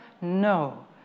No